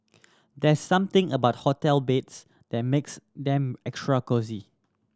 there's something about hotel beds that makes them extra cosy